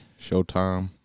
Showtime